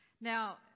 Now